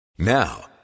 Now